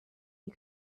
you